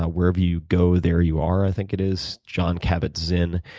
ah wherever you go, there you are, i think it is, john cabot zin.